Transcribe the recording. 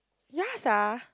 yeah sia